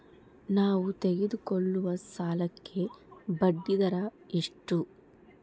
ನಾವು ತೆಗೆದುಕೊಳ್ಳುವ ಸಾಲಕ್ಕೆ ಬಡ್ಡಿದರ ಎಷ್ಟು?